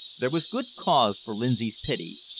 there was good cause for lindsay's pity,